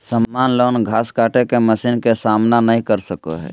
सामान्य लॉन घास काटे के मशीन के सामना नय कर सको हइ